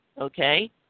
Okay